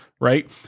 right